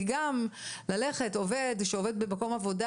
מי שעובד במקום עבודה,